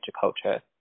culture